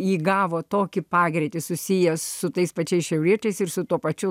įgavo tokį pagreitį susijęs su tais pačiais šiauriečiais ir su tuo pačiu